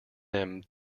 them